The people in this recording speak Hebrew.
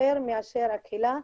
יותר יותר מאשר הקהילה.